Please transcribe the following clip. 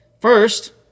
First